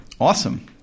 Awesome